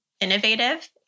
innovative